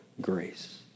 grace